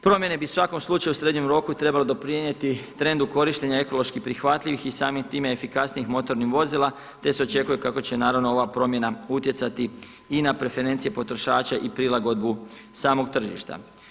Promjene bi u svakom slučaju u srednjem roku trebale doprinijeti trendu korištenja ekološki prihvatljivih i samim tim efikasnijih motornih vozila, te se očekuje kako će naravno ova promjena utjecati i na preferencije potrošača i prilagodbu samog tržišta.